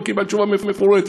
לא קיבלת תשובה מפורטת.